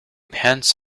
pants